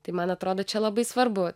tai man atrodo čia labai svarbu